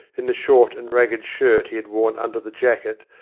in the short and ragged shirt he had worn under the jacket,